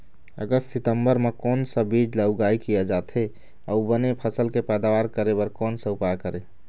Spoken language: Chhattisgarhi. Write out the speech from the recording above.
अगस्त सितंबर म कोन सा बीज ला उगाई किया जाथे, अऊ बने फसल के पैदावर करें बर कोन सा उपाय करें?